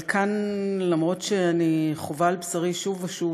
אבל למרות שאני חווה על בשרי שוב ושוב